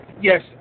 Yes